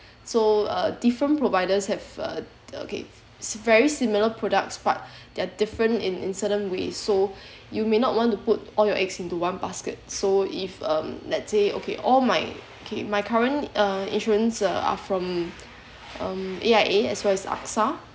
so uh different providers have uh okay s~ very similar products but they are different in in certain ways so you may not want to put all your eggs into one basket so if um let's say okay all my okay my current uh insurance uh are from um A_I_A as well as AXA